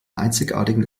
einzigartigen